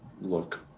look